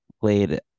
played